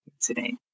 today